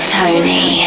Tony